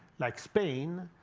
like spain,